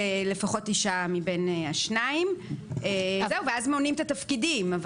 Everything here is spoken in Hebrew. לפחות אישה מבין השניים ואז מונים את התפקידים.